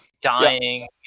dying